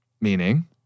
Meaning